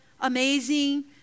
amazing